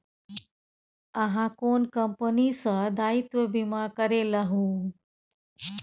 अहाँ कोन कंपनी सँ दायित्व बीमा करेलहुँ